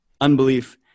unbelief